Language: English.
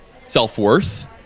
self-worth